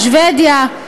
שבדיה,